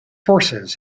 forces